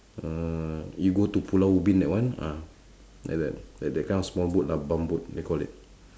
uh you go to pulau-ubin that one ah like that like that kind of small boat lah bump boat they call it